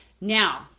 Now